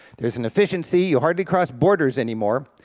there's an efficiency, you hardly cross borders anymore,